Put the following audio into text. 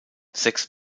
sechs